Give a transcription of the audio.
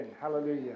Hallelujah